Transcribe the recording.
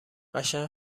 قشنگ